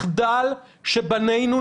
מחדל שבנינו,